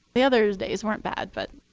the others days weren't bad. but